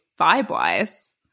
vibe-wise